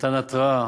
נתן התרעה.